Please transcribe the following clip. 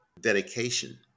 dedication